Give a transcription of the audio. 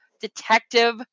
detective